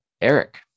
eric